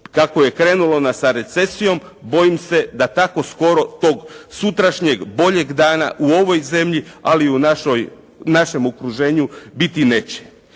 Kako je krenulo sa recesijom, bojim se da tako skoro tog sutrašnjeg boljeg dana u ovoj zemlji, ali i našem okruženju biti neće.